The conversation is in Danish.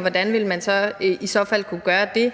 hvordan man ville kunne gøre det,